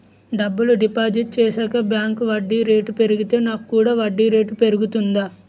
డబ్బులు డిపాజిట్ చేశాక బ్యాంక్ వడ్డీ రేటు పెరిగితే నాకు కూడా వడ్డీ రేటు పెరుగుతుందా?